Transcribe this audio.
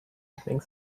evening